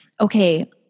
okay